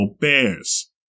Bears